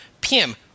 PM